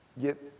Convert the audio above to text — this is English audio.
get